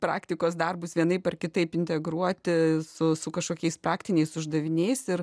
praktikos darbus vienaip ar kitaip integruoti su su kažkokiais praktiniais uždaviniais ir